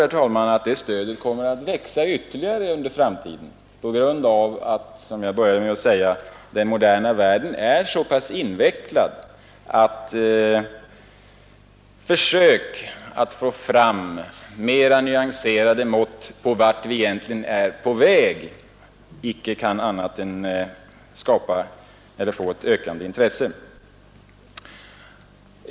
Jag tror också att det stödet kommer att växa sig än starkare i framtiden, därför att — som jag började med att säga — den moderna världen är så invecklad att frågan om att försöka få fram mera nyanserade mått på vart vi egentligen är på väg måste komma att tilldra sig ett ökande intresse.